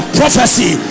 prophecy